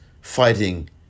fighting